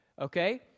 okay